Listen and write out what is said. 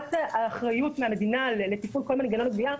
האחריות מהמדינה לטיפול כל מנגנון הגבייה,